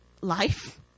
life